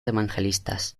evangelistas